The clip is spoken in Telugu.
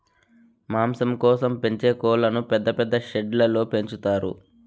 మాంసం కోసం పెంచే కోళ్ళను పెద్ద పెద్ద షెడ్లలో పెంచుతారు